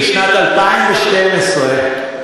בשנת 2012,